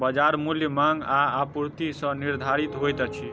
बजार मूल्य मांग आ आपूर्ति सॅ निर्धारित होइत अछि